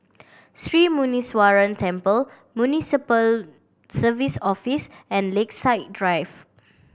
Sri Muneeswaran Temple Municipal Services Office and Lakeside Drive